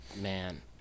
Man